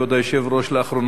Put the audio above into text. כבוד היושב-ראש,